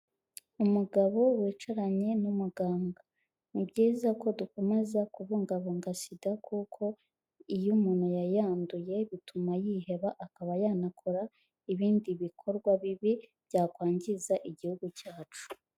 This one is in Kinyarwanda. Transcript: Umugabo wicaranye n'umuganga. Ni byiza ko dukomeza kubungabunga SIDA kuko iyo umuntu yayanduye, bituma yiheba, akaba yanakora ibindi bikorwa bibi, byakwangiza igihugu cyacu.